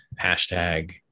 hashtag